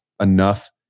enough